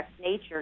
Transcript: nature